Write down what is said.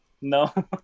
No